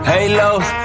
Halos